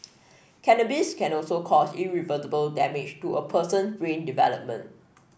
cannabis can also cause irreversible damage to a person brain development